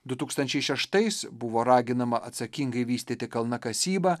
du tūkstančiai šeštais buvo raginama atsakingai vystyti kalnakasybą